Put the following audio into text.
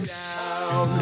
down